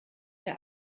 der